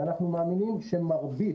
אנחנו מאמינים שמרבית,